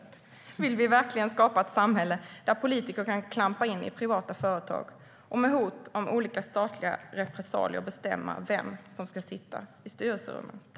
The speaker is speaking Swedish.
Vill vi verkligen skapa ett samhälle där politiker kan klampa in i privata företag och med hot om olika statliga repressalier bestämma vem som ska sitta i styrelserummet?